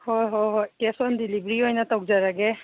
ꯍꯣꯏ ꯍꯣꯏ ꯍꯣꯏ ꯀꯦꯁ ꯑꯣꯟ ꯗꯤꯂꯤꯕ꯭ꯔꯤ ꯑꯣꯏꯅ ꯇꯧꯖꯔꯒꯦ